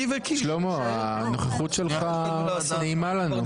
שלמה, הנוכחות שלך נעימה לנו.